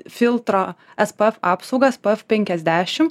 filtro es p ef apsaugas p f penkiasdešim